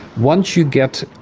once you get,